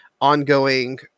ongoing